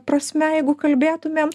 prasme jeigu kalbėtumėm